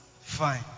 fine